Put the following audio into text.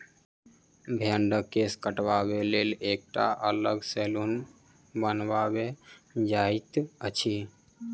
भेंड़क केश काटबाक लेल एकटा अलग सैलून बनाओल जाइत अछि